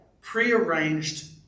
prearranged